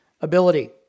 Ability